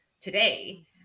today